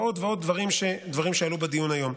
ועוד ועוד דברים שעלו בדיון היום.